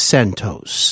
Santos